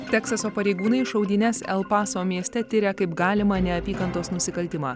teksaso pareigūnai šaudynes el paso mieste tiria kaip galima neapykantos nusikaltimą